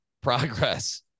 progress